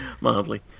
Mildly